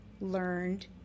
learned